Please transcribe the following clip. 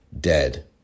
dead